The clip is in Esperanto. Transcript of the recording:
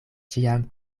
ĉiam